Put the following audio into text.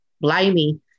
blimey